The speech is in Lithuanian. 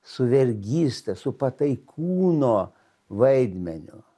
su vergyste su pataikūno vaidmeniu